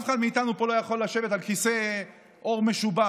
אף אחד מאיתנו פה לא יכול לשבת על כיסא עור משובח